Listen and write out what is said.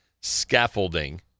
Scaffolding